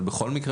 בכל מקרה,